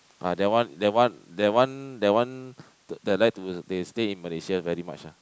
uh that one that one that one that one that like to they stay in Malaysia very much ah